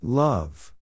Love